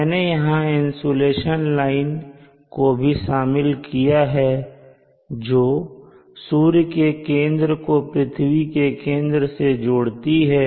मैंने यहां insulation line को भी शामिल किया है जो सूर्य के केंद्र को पृथ्वी के केंद्र से जोड़ती है